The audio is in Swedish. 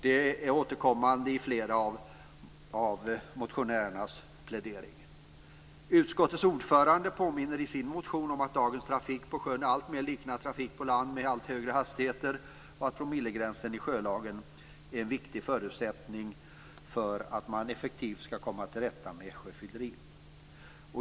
Det återkommer i flera av motionärernas pläderingar. Utskottets ordförande påminner i sin motion om att dagens trafik på sjön alltmer liknar trafik på land med allt högre hastigheter och att promillegränsen i sjölagen är en viktig förutsättning för att man effektivt skall komma till rätta med sjöfylleri.